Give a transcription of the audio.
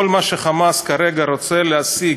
כל מה שכרגע "חמאס" רוצה להשיג,